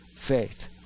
faith